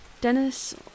Dennis